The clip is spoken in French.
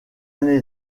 année